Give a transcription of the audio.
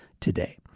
today